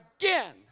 again